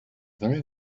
very